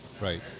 right